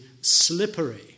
slippery